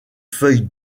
feuille